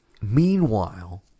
Meanwhile